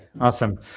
Awesome